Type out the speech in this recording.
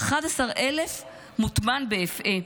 11,000 מוטמנות באפעה,